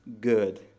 good